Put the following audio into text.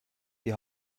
die